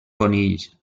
conills